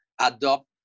adopt